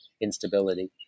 instability